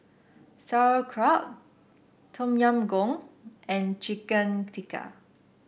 Sauerkraut Tom Yam Goong and Chicken Tikka